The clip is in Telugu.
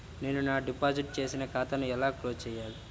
నేను నా డిపాజిట్ చేసిన ఖాతాను ఎలా క్లోజ్ చేయాలి?